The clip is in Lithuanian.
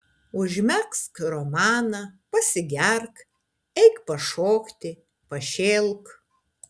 užmegzk romaną pasigerk eik pašokti pašėlk